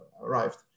arrived